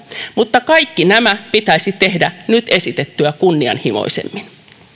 mutta kaikki nämä pitäisi tehdä nyt esitettyä kunnianhimoisemmin